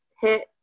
hit